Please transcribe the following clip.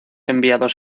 enviados